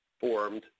formed